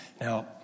Now